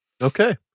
Okay